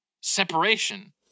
separation